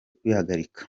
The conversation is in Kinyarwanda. kwihagarika